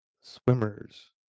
swimmers